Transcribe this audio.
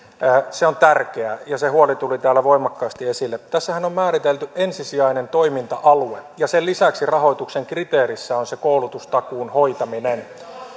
se on tärkeää ja se huoli tuli täällä voimakkaasti esille tässähän on määritelty ensisijainen toiminta alue ja sen lisäksi rahoituksen kriteerissä on se koulutustakuun hoitaminen